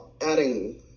adding